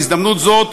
בהזדמנות זו,